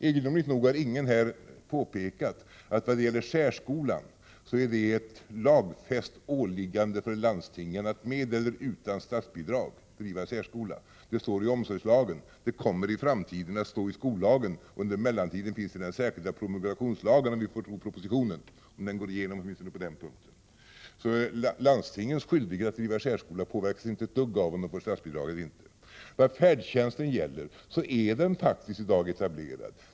Egendomligt nog har ingen här påpekat, att när det gäller särskolan är det ett lagfäst åliggande för landstingen att med eller utan statsbidrag driva särskola. Det står i omsorgslagen, och det kommer i framtiden att stå i skollagen. Under mellantiden skall den särskilda promulgationslagen gälla, om vi får tro propositionen och om den går igenom på den punkten. Landstingens skyldighet att driva särskola påverkas alltså inte ett dugg av om de får statsbidrag eller inte. Färdtjänsten är i dag etablerad.